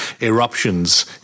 eruptions